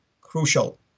crucial